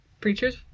preacher's